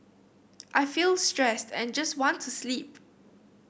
I feel stressed and just want to sleep